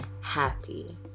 happy